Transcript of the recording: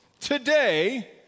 Today